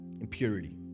impurity